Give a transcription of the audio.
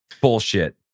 bullshit